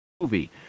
movie